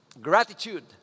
gratitude